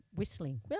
whistling